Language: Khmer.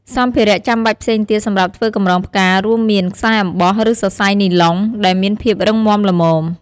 សម្ភារៈចាំបាច់ផ្សេងទៀតសម្រាប់ធ្វើកម្រងផ្កា រួមមាន ខ្សែអំបោះ ឬសរសៃនីឡុង ដែលមានភាពរឹងមាំល្មម។